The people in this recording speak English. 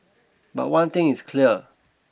but one thing is clear